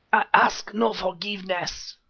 i ask no forgiveness,